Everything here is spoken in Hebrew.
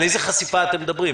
על איזו חשיפה אתם מדברים?